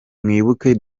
mwibuke